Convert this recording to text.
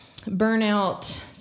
burnout